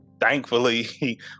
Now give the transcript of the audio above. thankfully